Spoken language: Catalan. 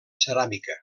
ceràmica